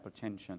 hypertension